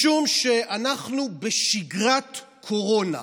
משום שאנחנו בשגרת קורונה.